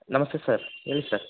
ನಮಸ್ತೆ ಸರ್ ಹೇಳಿ ಸರ್